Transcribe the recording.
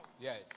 Yes